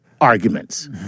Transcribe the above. arguments